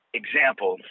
example